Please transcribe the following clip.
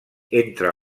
entre